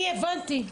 אני הבנתי.